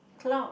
clouds